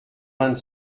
vingt